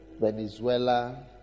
Venezuela